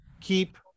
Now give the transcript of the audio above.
keep